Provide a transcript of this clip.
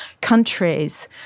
countries